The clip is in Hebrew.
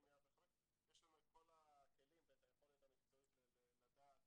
יש לנו את כל הכלים ואת היכולת המקצועית לדעת